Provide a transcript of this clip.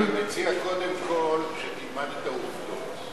אני מציע קודם כול שתלמד את העובדות.